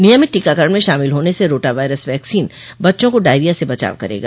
नियमित टीकाकरण में शामिल होने से रोटा वायरस वैक्सीन बच्चों को डायरिया से बचाव करेगा